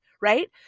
Right